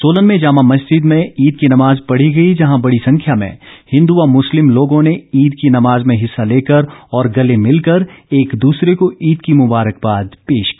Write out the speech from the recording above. सोलन में जामा मस्जिद में ईद की नमाज पढ़ी गई जहां बड़ी संख्या में हिन्दू व मुस्लिम लोगों ने ईद की नमाज में हिस्सा लेकर और गले भिलकर एक दूसरे को ईद की मुबारिकवाद पेश की